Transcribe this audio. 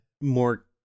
more